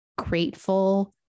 grateful